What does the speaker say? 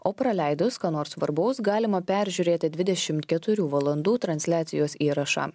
o praleidus ką nors svarbaus galima peržiūrėti dvidešim keturių valandų transliacijos įrašą